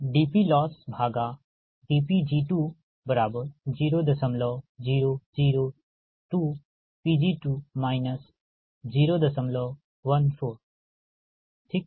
dp loss loss भागा dPLossdPg20002 Pg2 014 ठीक